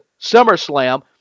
SummerSlam